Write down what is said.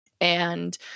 And-